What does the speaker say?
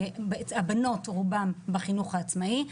הבנות, רובן בחינוך העצמאי.